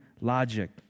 logic